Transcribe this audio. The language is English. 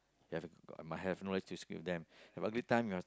have a might have no disturb them the only time you have